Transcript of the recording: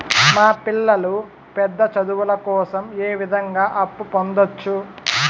మా పిల్లలు పెద్ద చదువులు కోసం ఏ విధంగా అప్పు పొందొచ్చు?